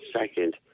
second